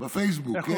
בפייסבוק, כן.